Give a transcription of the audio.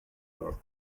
were